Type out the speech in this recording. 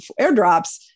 airdrops